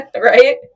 right